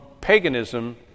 paganism